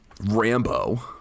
Rambo